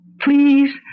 please